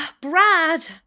Brad